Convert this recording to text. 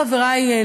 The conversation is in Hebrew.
חבריי,